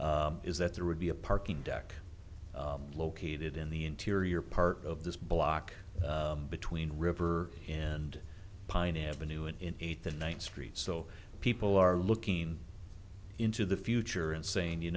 street is that there would be a parking deck located in the interior part of this block between river and pine avenue in eighth and ninth street so people are looking into the future and saying you